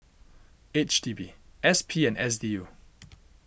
H D B S P and S D U